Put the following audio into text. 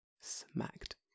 Smacked